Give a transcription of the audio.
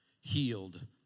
healed